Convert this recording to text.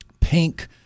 pink